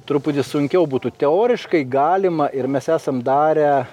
truputį sunkiau būtų teoriškai galima ir mes esam darę